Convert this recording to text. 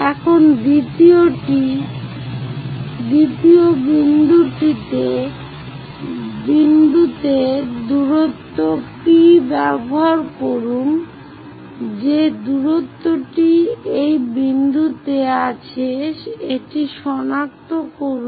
এখন দ্বিতীয় বিন্দুতে দূরত্ব P ব্যবহার করুন যে দূরত্বটি সেই বিন্দুতে আছে এটি সনাক্ত করুন